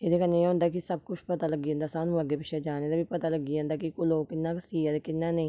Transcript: एह्दे कन्नै एह् होंदा कि सब कुछ पता लग्गी जंदा सानूं अग्गें पिच्छें जाने दा बी पता लग्गी जंदा कि लोक कि'यां क सीआ दे कि'यां नेईं